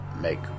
make